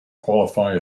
qualify